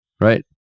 right